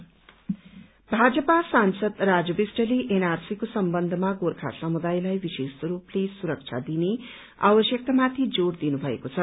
NRC Bhajpa सांसद राजु विष्टले एनआरसीको सम्बन्धमा गोर्खा समुदायलाई विशेष रूपले सुरक्षा दिने आवश्यकतामाथि जोड़ दिनुभएको छ